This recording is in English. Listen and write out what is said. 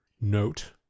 note